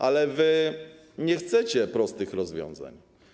Ale wy nie chcecie prostych rozwiązań.